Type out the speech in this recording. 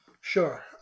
Sure